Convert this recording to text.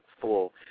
Full